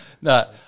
No